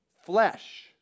flesh